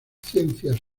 ciencias